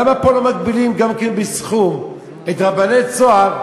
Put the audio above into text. למה פה לא מגבילים גם כן בסכום את רבני "צהר",